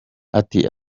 ati